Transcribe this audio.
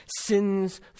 Sins